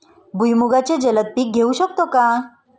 भुईमुगाचे जलद पीक घेऊ शकतो का?